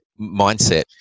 mindset